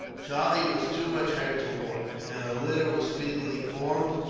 charlie was too much hurt to walk, and a litter was speedily formed,